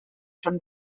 són